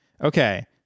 Okay